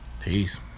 Peace